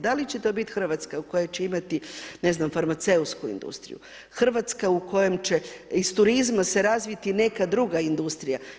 Da li će to biti Hrvatska u kojoj će imati ne znam farmaceutsku industriju, Hrvatska u kojoj će iz turizma se razviti neka druga industrija?